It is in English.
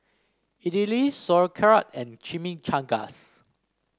Idili Sauerkraut and Chimichangas